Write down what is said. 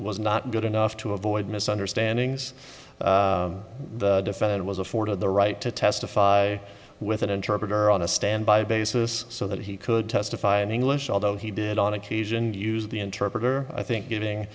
was not good enough to avoid misunderstandings the defendant was afforded the right to testify with an interpreter on a standby basis so that he could testify in english although he did on occasion use the interpreter i think giving